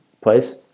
place